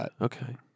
Okay